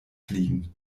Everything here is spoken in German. fliegen